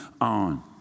on